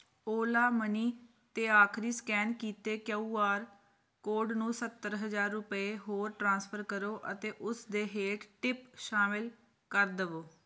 Ola money 'ਤੇ ਆਖਰੀ scan ਕੀਤੇ ਕਿਊ ਆਰ ਕੋਡ ਨੂੰ ਸੱਤਰ ਹਜ਼ਾਰ ਰੁਪਏ ਹੋਰ ਟ੍ਰਾਂਸਫਰ ਕਰੋ ਅਤੇ ਉਸ ਦੇ ਹੇਠ ਟਿਪ ਸ਼ਾਮਿਲ ਕਰ ਦਵੋ